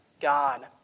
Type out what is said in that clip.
God